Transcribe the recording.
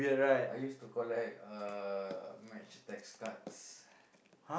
I used to collect uh match text cards